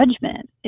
judgment